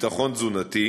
ביטחון תזונתי,